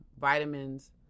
vitamins